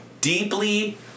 deeply